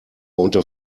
unter